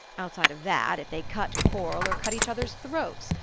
outside of that, if they cut korl, or cut each other's throats,